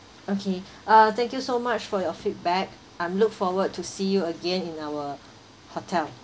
okay uh thank you so much for your feedback I'm look forward to see you again in our hotel